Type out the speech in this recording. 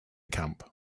camp